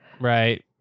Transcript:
Right